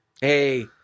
hey